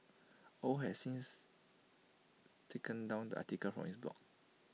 Au has since taken down the article from his blog